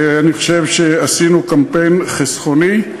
אני חושב שעשינו קמפיין חסכוני.